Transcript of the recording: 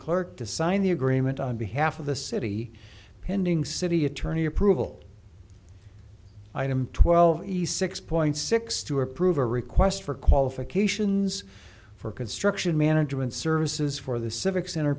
clerk to sign the agreement on behalf of the city pending city attorney approval item twelve east six point six to approve a request for qualifications for construction management services for the civic center